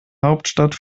hauptstadt